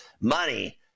money